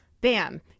bam